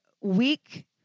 week